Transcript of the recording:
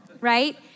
right